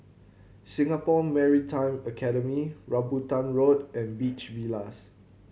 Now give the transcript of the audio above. Singapore Maritime Academy Rambutan Road and Beach Villas